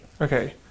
Okay